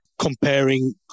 comparing